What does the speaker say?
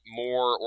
more